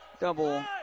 double